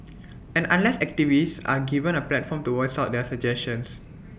and unless activists are given A platform to voice out their suggestions